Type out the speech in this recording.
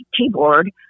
keyboard